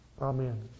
Amen